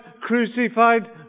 crucified